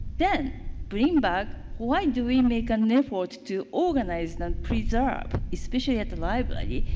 then bring back? why do we make an effort to organize and preserve, especially at the library,